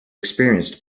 experienced